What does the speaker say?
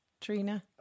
Trina